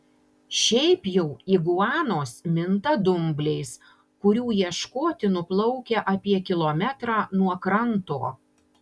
šiaip jau iguanos minta dumbliais kurių ieškoti nuplaukia apie kilometrą nuo kranto